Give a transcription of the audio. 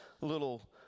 little